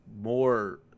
more